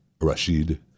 Rashid